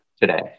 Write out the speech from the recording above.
today